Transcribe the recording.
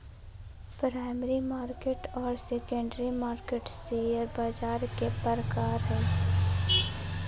primary market आर secondary market share बाज़ार के प्रकार हइ